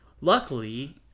Luckily